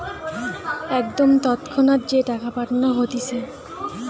একদম তৎক্ষণাৎ যে টাকা পাঠানো হতিছে